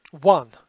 One